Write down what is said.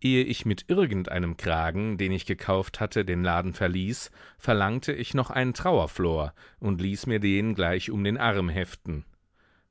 ehe ich mit irgend einem kragen den ich gekauft hatte den laden verließ verlangte ich noch einen trauerflor und ließ mir den gleich um den arm heften